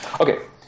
Okay